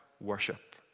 worship